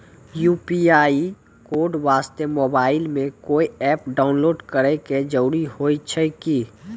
UPI code वास्ते mobile मे कोय एप्प डाउनलोड करे के जरूरी होय छै की?